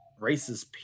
racist